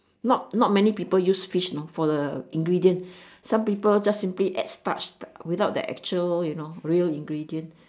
not not many people use fish you know for the ingredient some people just simply add starch without the actual you know real ingredients